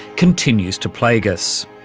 continues to plague us.